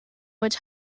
muid